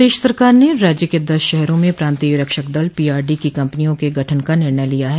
प्रदेश सरकार ने राज्य के दस शहरों में प्रांतीय रक्षक दल पीआरडी की कम्पनियों के गठन का निर्णय लिया है